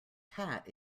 cat